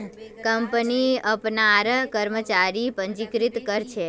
company अपनार कर्मचारीक पंजीकृत कर छे